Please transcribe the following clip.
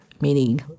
meaning